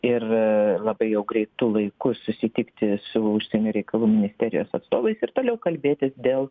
ir labai jau greitu laiku susitikti su užsienio reikalų ministerijos atstovais ir toliau kalbėtis dėl